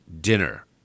dinner